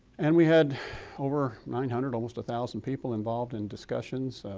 and we had over nine hundred almost a thousand people involved in discussions,